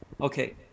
Okay